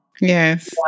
Yes